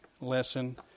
lesson